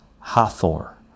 hathor